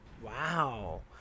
Wow